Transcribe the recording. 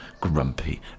grumpy